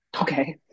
Okay